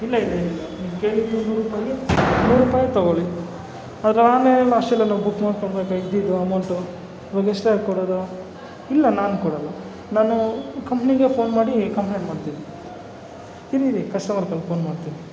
ಇಲ್ಲ ಇಲ್ಲ ಇಲ್ಲ ನೀವು ಕೇಳಿದ್ದು ನೂರು ರುಪಾಯಿ ನೂರು ರುಪಾಯೇ ತಗೋಳಿ ಲಾಸ್ಟಲೆಲ್ಲ ಬುಕ್ ಮಾಡ್ಕೋಬೇಕಾಗಿದ್ದಿದ್ದು ಅಮೌಂಟು ಇವಾಗ ಎಸ್ಟ್ರಾ ಯಾಕೆ ಕೊಡೋದು ಇಲ್ಲ ನಾನು ಕೊಡೋಲ್ಲ ನಾನೂ ಕಂಪನಿಗೆ ಫೋನ್ ಮಾಡಿ ಕಂಪ್ಲೇಟ್ ಮಾಡ್ತೀನಿ ಇರಿ ಇರೀ ಕಸ್ಟಮರ್ ಕೇರ್ ಫೋನ್ ಮಾಡ್ತೀನಿ